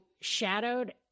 shadowed